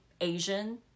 Asian